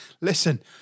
listen